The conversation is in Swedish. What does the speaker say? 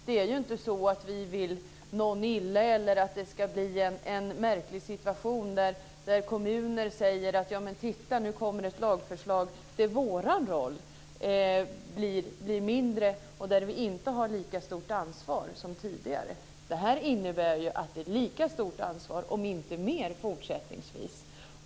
Det är ju inte så att vi vill någon illa eller att det ska bli en märklig situation där kommuner säger: Titta, nu kommer ett lagförslag där vår roll blir mindre och där vi inte har lika stort ansvar som tidigare! Fortsättningsvis innebär det här ett lika stort - ja, kanske större - ansvar.